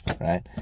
right